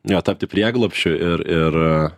jo tapti prieglobsčiu ir ir